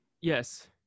Yes